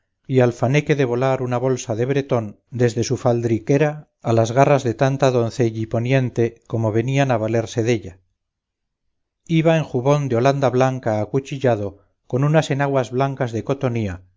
y alfaneque de volar una bolsa de bretón desde su faldriquera a las garras de tanta doncelliponiente como venían a valerse della iba en jubón de holanda blanca acuchillado con una enaguas blancas de cotonía